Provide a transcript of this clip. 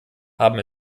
haben